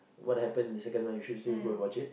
what happen the second one you should still go and watch it